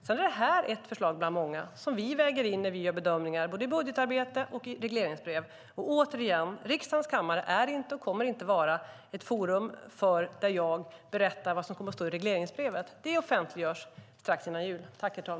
Sedan är det här ett förslag bland många som vi väger in när vi gör bedömningar i både budgetarbete och regleringsbrev. Återigen: Riksdagens kammare är inte och kommer inte att vara ett forum där jag berättar vad som kommer att stå i regleringsbrevet. Det offentliggörs strax före jul.